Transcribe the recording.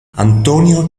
antonio